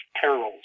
perils